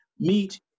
Meet